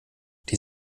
die